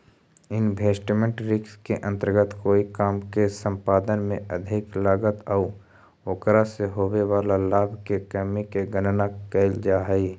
investment risk के अंतर्गत कोई काम के संपादन में अधिक लागत आउ ओकरा से होवे वाला लाभ के कमी के गणना कैल जा हई